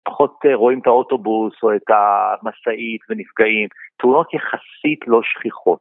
פחות רואים את האוטובוס או את המשאית ונפגעים, תאונות יחסית לא שכיחות